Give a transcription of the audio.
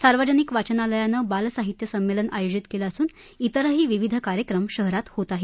सार्वजनिक वाचनालयानं बाल साहित्य संमेलन आयोजित केलं असून तिरही विविध कार्यक्रम शहरात होत आहेत